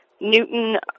Newton